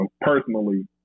personally